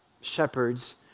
shepherds